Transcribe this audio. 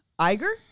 Iger